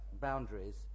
boundaries